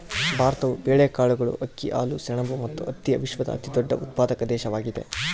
ಭಾರತವು ಬೇಳೆಕಾಳುಗಳು, ಅಕ್ಕಿ, ಹಾಲು, ಸೆಣಬು ಮತ್ತು ಹತ್ತಿಯ ವಿಶ್ವದ ಅತಿದೊಡ್ಡ ಉತ್ಪಾದಕ ದೇಶವಾಗಿದೆ